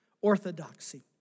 orthodoxy